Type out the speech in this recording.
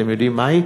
אתם יודעים מהי?